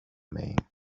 mig